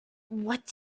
what